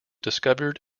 discovered